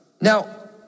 Now